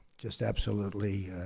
just absolutely